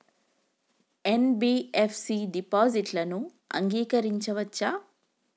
NBFC డిపాజిట్లను అంగీకరించవచ్చా?